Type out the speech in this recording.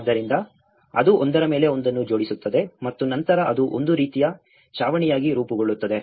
ಆದ್ದರಿಂದ ಅದು ಒಂದರ ಮೇಲೆ ಒಂದನ್ನು ಜೋಡಿಸುತ್ತದೆ ಮತ್ತು ನಂತರ ಅದು ಒಂದು ರೀತಿಯ ಛಾವಣಿಯಾಗಿ ರೂಪುಗೊಳ್ಳುತ್ತದೆ